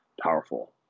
powerful